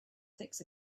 six